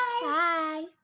Bye